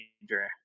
major